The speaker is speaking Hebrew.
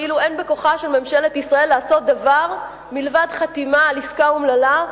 כאילו אין בכוחה של ממשלת ישראל לעשות דבר מלבד חתימה על עסקה אומללה,